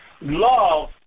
love